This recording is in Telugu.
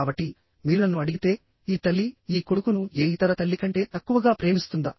కాబట్టి మీరు నన్ను అడిగితే ఈ తల్లి ఈ కొడుకును ఏ ఇతర తల్లి కంటే తక్కువగా ప్రేమిస్తుందా